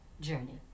journey